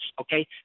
Okay